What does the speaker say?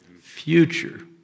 Future